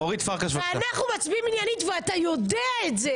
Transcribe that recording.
אנחנו מצביעים עניינית ואתה יודע את זה.